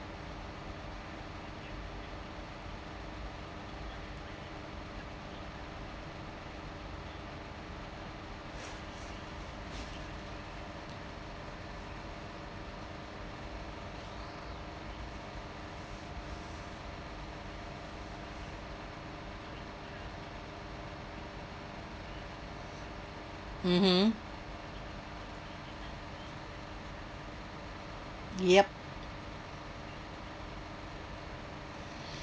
mmhmm yup